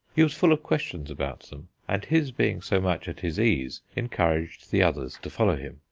he was full of questions about them, and his being so much at his ease encouraged the others to follow him,